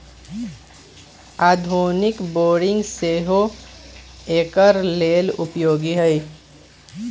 आधुनिक बोरिंग सेहो एकर लेल उपयोगी है